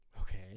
Okay